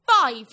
Five